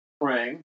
praying